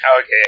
Okay